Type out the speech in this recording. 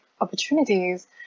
opportunities